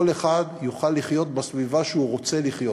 אחד יוכל לחיות בסביבה שהוא רוצה לחיות.